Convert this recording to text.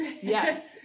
Yes